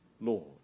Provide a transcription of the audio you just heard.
Lord